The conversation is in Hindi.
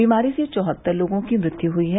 बीमारी से चौहत्तर लोगों की मृत्यु हुई है